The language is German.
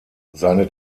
seine